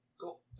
Cool